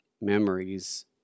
memories